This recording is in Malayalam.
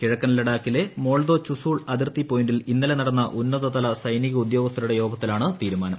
കിഴക്കൻ ലഡാക്കിലെ മോൾദോ ചുസൂൾ അതിർത്തി പോയിന്റിൽ ഇന്നലെ നടന്ന ഉന്നതതല സൈനിക ഉദ്യോഗസ്ഥരുടെ യോഗത്തിലാണ് തീരുമാനം